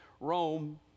Rome